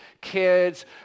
kids